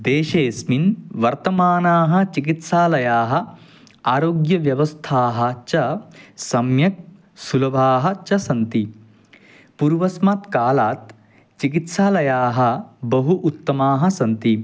देशेस्मिन् वर्तमानाः चिकित्सालयाः आरोग्यव्यवस्थाः च सम्यक् सुलभाः च सन्ति पूर्वस्मात् कालात् चिकित्सालयाः बहु उत्तमाः सन्ति